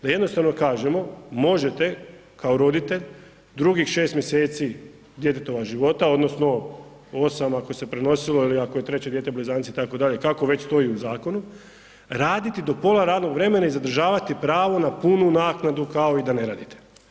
Da jednostavno kažemo možete kao roditelj drugih 6 mjeseci djetetova života odnosno 8 ako se prenosilo ili ako je 3 dijete, blizanci itd., kako već stoji u zakonu, raditi do pola radnog vremena i zadržavati pravo na punu naknadu kao i da ne radite.